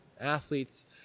athletes